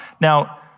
Now